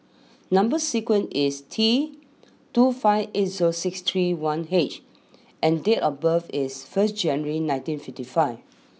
number sequence is T two five eight zero six three one H and date of birth is first January nineteen fifty five